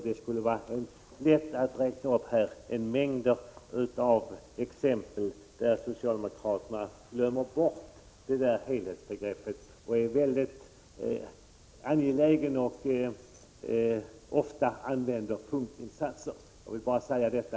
Det skulle vara lätt att här räkna upp en mängd fall där socialdemokraterna glömt bort helhetsgreppet och i stället varit mycket angelägna om att göra punktinsatser. Det har hänt ofta.